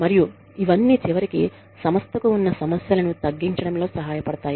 మరియు ఇవన్నీ చివరికి సంస్థకు ఉన్న సమస్యలను తగ్గించడంలో సహాయపడతాయి